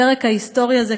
הפרק ההיסטורי הזה,